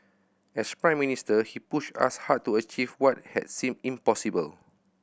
as Prime Minister he pushed us hard to achieve what had seemed impossible